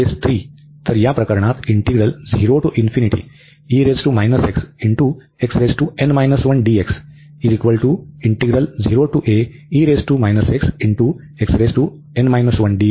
तर मग n≤0 म्हणजे केस 3